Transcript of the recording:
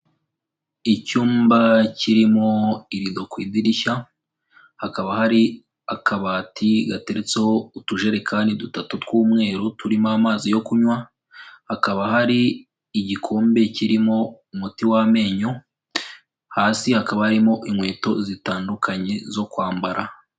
Icyumba kirimo irido ku idirishya, hakaba hari akabati gateretseho utujerekani dutatu tw'umweru turimo amazi yo kunywa, hakaba hari igikombe kirimo umuti w'amenyo, hasi hakaba harimo inkweto zitandukanye zo kwambara.